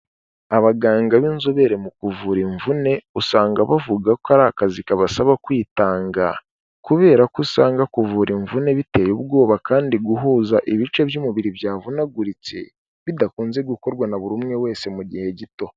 Abaganga b'inzobere mu kuvura imvune usanga bavuga ko ari akazi kabasaba kwitanga, kubera ko usanga kuvura imvune biteye ubwoba, kandi guhuza ibice by'umubiri byavunaguritse bidakunze gukorwa na bur’umwe wese mu gihe gito.